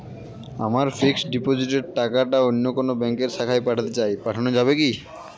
আমার ফিক্সট ডিপোজিটের টাকাটা অন্য কোন ব্যঙ্কের শাখায় পাঠাতে চাই পাঠানো যাবে কি?